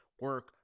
Work